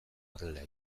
horrela